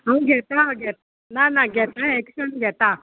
हांव घेता घेत ना ना घेता एक्शन घेता